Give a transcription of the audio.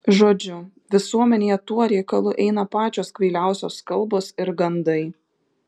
žodžiu visuomenėje tuo reikalu eina pačios kvailiausios kalbos ir gandai